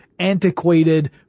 antiquated